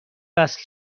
وصل